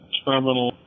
terminal